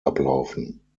ablaufen